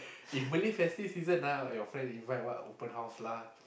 if Malay festive season lah your friend invite what open house lah